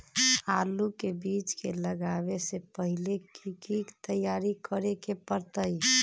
आलू के बीज के लगाबे से पहिले की की तैयारी करे के परतई?